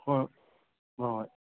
ꯍꯣꯏ ꯍꯣꯏ ꯍꯣꯏ